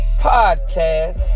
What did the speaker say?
podcast